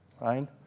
right